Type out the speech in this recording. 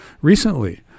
recently